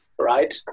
right